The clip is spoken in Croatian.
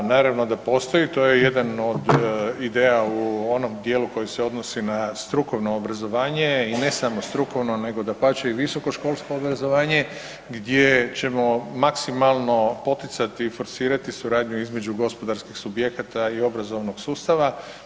Da, naravno da postoji to je jedan od ideja u onom dijelu koji se odnosi na strukovno obrazovanje i ne samo strukovno nego dapače i visokoškolsko obrazovanje gdje ćemo maksimalno poticati i forsirati suradnju između gospodarskih subjekata i obrazovnog sustava.